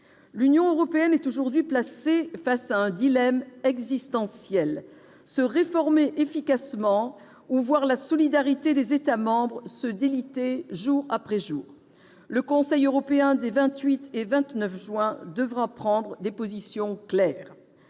l'Union européenne est aujourd'hui placée face à un dilemme existentiel : se réformer efficacement ou voir la solidarité des États membres se déliter jour après jour. Le Conseil européen des 28 et 29 juin devra prendre des positions claires.